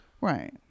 right